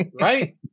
Right